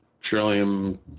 Trillium